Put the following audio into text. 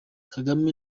kagame